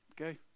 okay